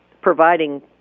providing